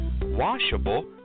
washable